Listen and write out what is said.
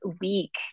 week